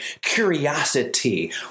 curiosity